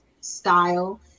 Style